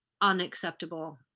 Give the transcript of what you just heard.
unacceptable